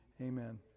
Amen